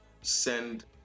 send